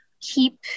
keep